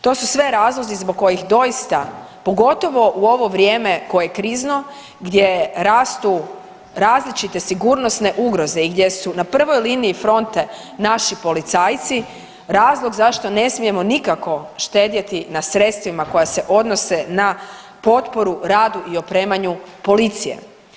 To su sve razlozi zbog kojih doista pogotovo u ovo vrijeme koje je krizno gdje rastu različite sigurnosne ugroze i gdje su na prvoj liniji fronte naši policajci razlog zašto ne smijemo nikako štedjeti na sredstvima koja se odnose na potporu radu i opremanju policije.